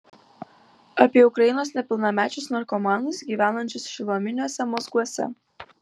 apie ukrainos nepilnamečius narkomanus gyvenančius šiluminiuose mazguose